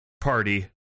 party